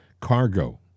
cargo